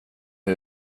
hur